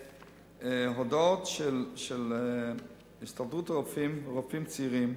הודעות של הסתדרות הרופאים, רופאים צעירים,